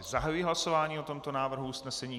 Zahajuji hlasování o tomto návrhu usnesení.